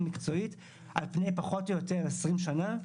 מקצועית על פני פחות או יותר 20 שנה,